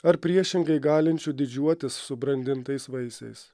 ar priešingai galinčių didžiuotis subrandintais vaisiais